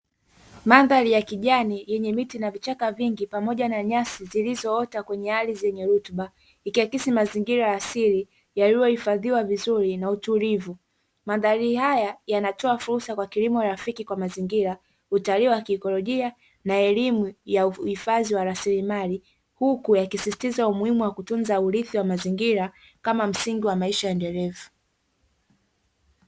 Mandhari ya kijani yenye miti na vichaka vingi pamoja na nyasi zilizoota kwenye ardhi yenye rutuba. Ikiakisi mazingira ya asili yaliyohifadhiwa vizuri na utulivu. Mandhari haya yanatoa fursa kwa kilimo rafiki kwa mazingira, utalii wa kiikolojia na elimu ya uhifadhi wa rasilimali. Huku yakisisitiza umuhimu wa kutunza urithi wa mazingira kama msingi wa maisha endelevu.